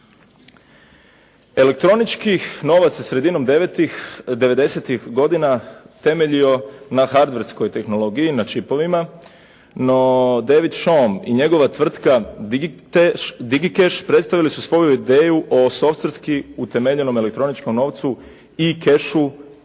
Elektronički novac sredinom devedesetih godina temeljio se na hardverskoj tehnologiji na čipovima, no David Shom i njegova tvrtka "Digikesh" predstavili su svoju ideju o softverski utemeljenom elektroničkom novcu i kešu